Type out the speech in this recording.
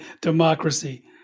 democracy